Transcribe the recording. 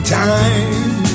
time